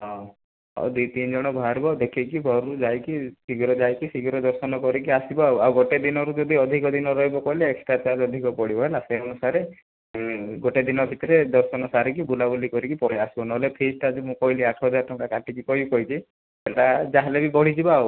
ହଁ ହଉ ଦୁଇ ତିନି ଜଣ ବାହାରିବ ଦେଖିକି ଭୋର୍ ରୁ ଯାଇକି ଶୀଘ୍ର ଯାଇକି ଶୀଘ୍ର ଦର୍ଶନ କରିକି ଆସିବ ଆଉ ଆଉ ଗୋଟେ ଦିନରୁ ଯଦି ଅଧିକ ଦିନ ରହିବ କହିଲେ ଏକ୍ସଟ୍ରା ଚାର୍ଜ ଅଧିକ ପଡ଼ିବ ହେଲା ସେ ଅନୁସାରେ ଗୋଟେ ଦିନ ଭିତରେ ଦର୍ଶନ ସାରିକି ବୁଲାବୁଲି କରିକି ପଳେଇ ଆସିବ ନହେଲେ ଫିଇସ୍ ଟା ଯେଉଁ ମୁଁ କହିଲି ଆଠ ହଜାର ଟଙ୍କା କାଟିକି କହିବି କହିଛି ସେଇଟା ଯାହାହେଲେ ବି ବଢ଼ିଯିବ ଆଉ